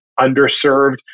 underserved